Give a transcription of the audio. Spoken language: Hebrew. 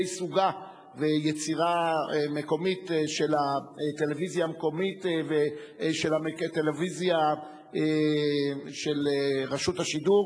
סוגה ויצירה מקומית של הטלוויזיה המקומית ושל הטלוויזיה של רשות השידור,